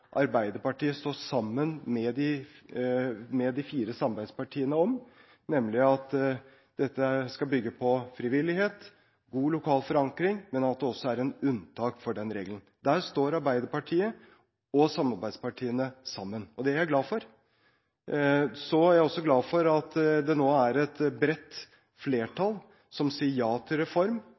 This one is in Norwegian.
Arbeiderpartiet står sammen med de fire samarbeidspartiene om, nemlig at dette skal bygge på frivillighet og ha god lokal forankring, men at det også er unntak fra den regelen. Der står Arbeiderpartiet og samarbeidspartiene sammen, og det er jeg glad for. Jeg er også glad for at det nå er et bredt flertall som sier ja til reform,